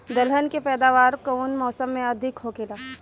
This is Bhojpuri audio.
दलहन के पैदावार कउन मौसम में अधिक होखेला?